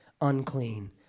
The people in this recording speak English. unclean